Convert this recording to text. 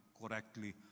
correctly